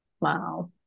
Wow